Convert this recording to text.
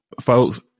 folks